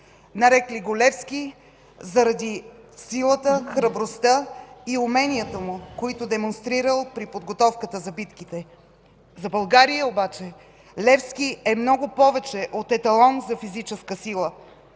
Нарекли го Левски заради силата, храбростта и уменията му, които демонстрирал при подготовката за битките. За България обаче Левски е много повече от еталон за физическа сила.